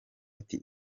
ati